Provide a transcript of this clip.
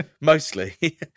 Mostly